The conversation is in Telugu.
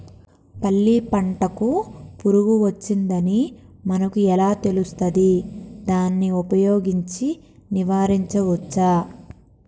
పల్లి పంటకు పురుగు వచ్చిందని మనకు ఎలా తెలుస్తది దాన్ని ఉపయోగించి నివారించవచ్చా?